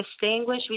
distinguish